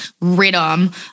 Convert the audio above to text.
rhythm